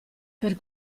per